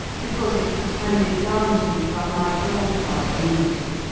because it was handed down to me by my grandfather ingledew,